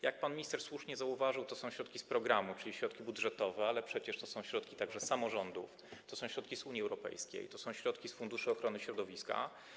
Jak pan minister słusznie zauważył, to są środki z programu, czyli środki budżetowe, ale przecież to są także środki samorządów, to są środki z Unii Europejskiej, z Funduszu Ochrony Środowiska.